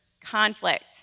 conflict